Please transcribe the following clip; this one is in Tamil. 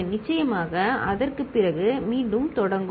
நிச்சயமாக அதற்குப் பிறகு மீண்டும் தொடங்கும்